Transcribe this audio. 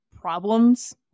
problems